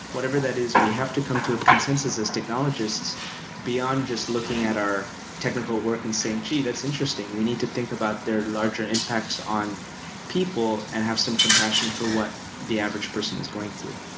whatever that is, we have to come to a consensus as technologists beyond just looking at our technical work and saying, gee! that's interesting. we need to think about their larger impacts on people and have some compassion for what the average person is going through.